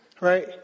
right